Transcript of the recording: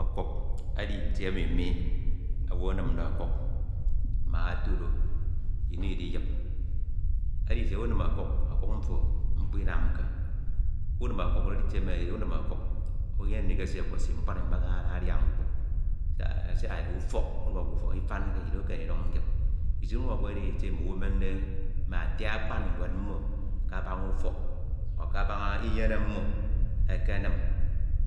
Ọkuk edi Itie emi mi owu eminde ọkuk mak otudo Ino Idip, editie unim ọkuk ọkuk mfo mkpo Inamke, unim ọkuk edi Itie emi edide uniun ọkuk, unyem ndikisi ọkuk esi mkpri mkpri akama ada adia mkpo sia edide ufọk Ifanke Ino ekeme ndiduk nyip. Itie unim okuk edi Itie emi mmo owu emende mme ati akpan ñwed mmo kabaña ufok, kabaña Inyene mmo ekenin.